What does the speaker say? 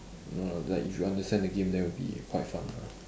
no lah like if you understand the game then it will be quite fun lah